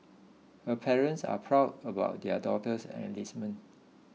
her parents are proud about their daughter's enlistment